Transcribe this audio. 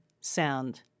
sound